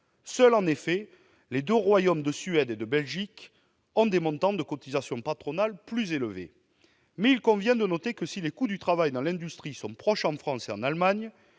Seuls, en effet, les deux royaumes de Suède et de Belgique ont des montants de cotisations patronales plus élevés. Mais il convient de noter que, si les coûts du travail dans l'industrie sont proches en France et en Allemagne,